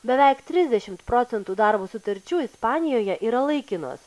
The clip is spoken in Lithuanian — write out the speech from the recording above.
beveik trisdešimt procentų darbo sutarčių ispanijoje yra laikinos